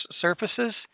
surfaces